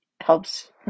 helps